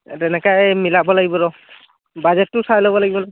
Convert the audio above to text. তেনেকে মিলাব লাগিব ৰ বাজেটটো চাই ল'ব লাগিব